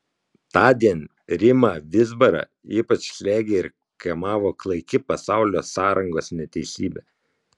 tądien rimą vizbarą ypač slėgė ir kamavo klaiki pasaulio sąrangos neteisybė